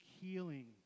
healing